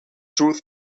truth